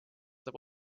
saab